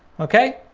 okay?